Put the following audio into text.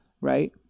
Right